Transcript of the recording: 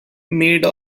made